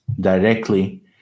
directly